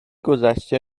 گذشته